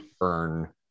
earn